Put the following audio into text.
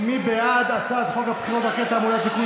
מי בעד הצעת חוק הבחירות (דרכי תעמולה) (תיקון,